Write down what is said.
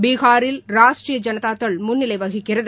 பீகாரில் ராஷ்டிரிய ஜனதா தள் முன்னிலை வகிக்கிறது